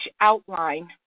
outline